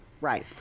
Right